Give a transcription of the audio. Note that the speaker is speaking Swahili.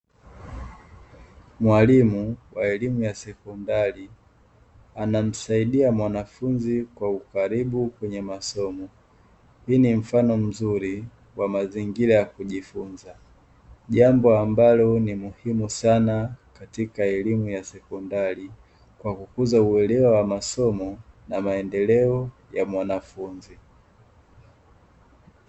Mwalimu wa elimu ya sekondari anamsaidi mwanafunzi kwa ukaribu kwenye masomo. Hii ni mfano mzuri wa mazingira ya kujifunzia jambo ambalo ni muhimu sana katika elimu ya sekondari kwa kukuza uelewa wa masomo na maendeleo ya mwanafunzi.